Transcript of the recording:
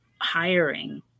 hiring